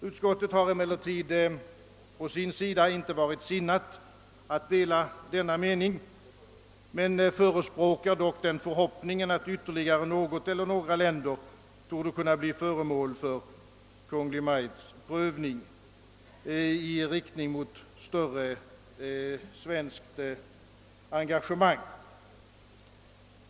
Utskottet har inte varit sinnat att dela denna mening men förespråkar dock att ytterligare något eller några länder skall kunna bli föremål för Kungl. Maj:ts prövning i riktning mot större svenskt engagemang.